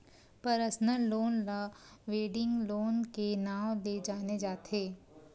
personal loan ल wedding loan के नांव ले जाने जाथे